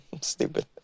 Stupid